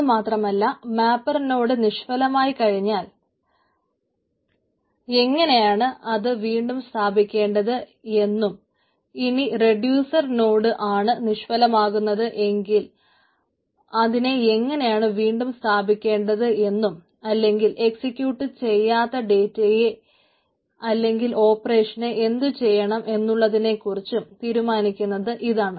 അതു മാത്രമല്ല മാപ്പർ നോട് നിഷ്ഫലമായി കഴിഞ്ഞാൽ എങ്ങനെയാണ് അതിനെ വീണ്ടും സ്ഥാപിക്കേണ്ടത് എന്നും ഇനി റെഡിയൂസർ നോട് ആണ് നിഷ്ഫലമാകുന്നത് എങ്കിൽ അതിനെ എങ്ങനെയാണ് വീണ്ടും സ്ഥാപിക്കേണ്ടത് എന്നും അല്ലെങ്കിൽ എക്സിക്യൂട്ട് ചെയ്യാത്ത ഡേറ്റയെ അല്ലെങ്കിൽ ഓപ്പറേഷനെ എന്തു ചെയ്യണം എന്നുള്ളതിനെ കുറിച്ചും തീരുമാനിക്കുന്നത് ഇതാണ്